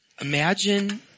Imagine